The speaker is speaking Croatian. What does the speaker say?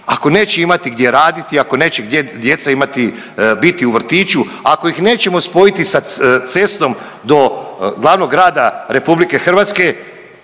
ako neće imati gdje raditi, ako neće gdje djeca imati biti u vrtiću, ako ih nećemo spojiti sa cestom do glavnog grada RH, slaba će